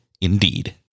Indeed